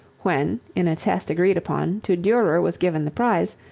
when, in a test agreed upon, to durer was given the prize,